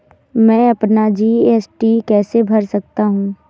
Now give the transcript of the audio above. मैं अपना जी.एस.टी कैसे भर सकता हूँ?